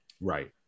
Right